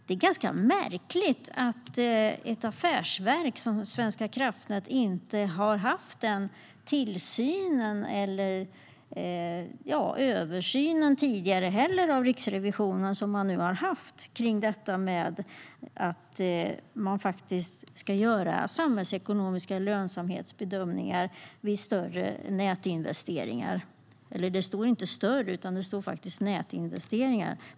Det är ganska märkligt att Riksrevisionen inte tidigare har gjort den tillsynen eller översynen som man nu har gjort av ett affärsverk som Svenska kraftnät när det gäller att man faktiskt ska göra samhällsekonomiska lönsamhetsbedömningar vid större nätinvesteringar. Eller det står inte större, utan det står nätinvesteringar.